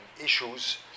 issues